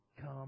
come